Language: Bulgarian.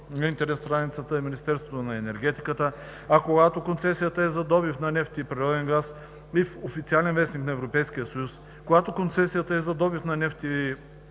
интернет страницата на Министерството на енергетиката, а когато концесията е за добив на нефт и природен газ – и в „Официален вестник“ на Европейския съюз. Когато концесията е за добив на нефт и